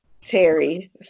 Terry